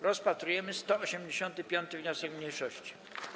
Rozpatrujemy 185. wniosek mniejszości.